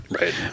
Right